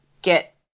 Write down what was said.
get